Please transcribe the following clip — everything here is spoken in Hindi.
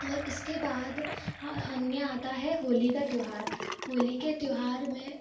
और इसके बाद अन्य आता है होली का त्यौहार होली के त्यौहार में